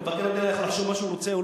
מבקר המדינה יכול לחשוב מה שהוא רוצה.